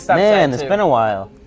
so man, it's been a while.